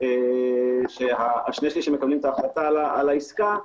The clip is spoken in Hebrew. את ההחלטה על העסקה,